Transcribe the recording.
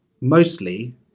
mostly